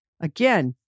Again